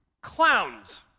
Clowns